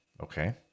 okay